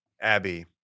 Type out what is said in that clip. Abby